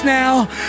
now